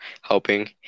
helping